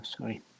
sorry